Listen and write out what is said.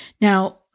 Now